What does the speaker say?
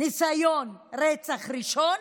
ניסיון רצח ראשון,